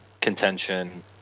contention